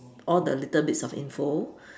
all the little bits of info